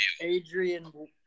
Adrian